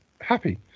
happy